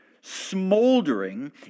smoldering